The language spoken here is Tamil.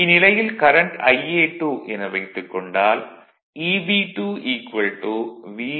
இந்நிலையில் கரண்ட் Ia2 என வைத்துக் கொண்டால் Eb2 V Ia2ra 250 0